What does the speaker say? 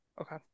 Okay